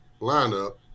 lineup